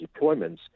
deployments